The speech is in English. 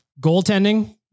Goaltending